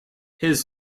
his